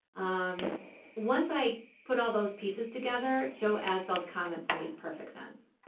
um once i put all those pieces together, joe azbell's comments made perfect sense.